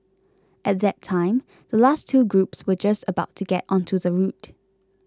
at that time the last two groups were just about to get onto the route